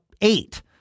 eight